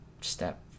step